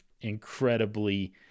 incredibly